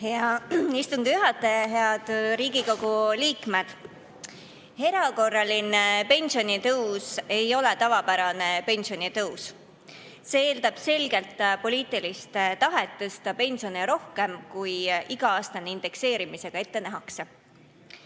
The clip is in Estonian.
Hea istungi juhataja! Head Riigikogu liikmed! Erakorraline pensionitõus ei ole tavapärane pensionitõus. See eeldab selget poliitilist tahet tõsta pensione rohkem, kui iga-aastase indekseerimisega ette nähakse.